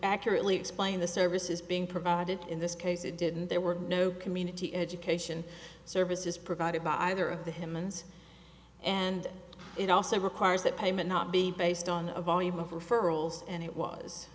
accurately explain the services being provided in this case it didn't there were no community education services provided by either of the him and and it also requires that payment not be based on the volume of referrals and it was